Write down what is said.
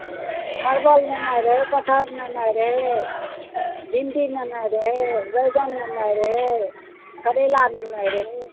परवल लेनाइ रहै कटहर लेनाइ रहै भिन्डी लेनाइ रहै बैगन लेनाइ रहै करेला लेनाइ रहै